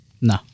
No